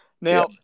Now